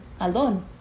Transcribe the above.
alone